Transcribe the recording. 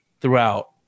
throughout